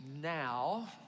now